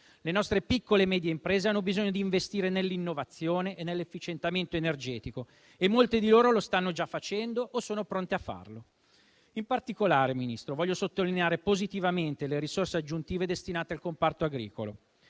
Le nostre piccole e medie imprese hanno bisogno di investire nell'innovazione e nell'efficientamento energetico e molte di loro lo stanno già facendo o sono pronte a farlo. In particolare, signor Ministro, voglio sottolineare positivamente le risorse aggiuntive destinate al comparto agricolo